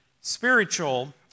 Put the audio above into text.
spiritual